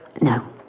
No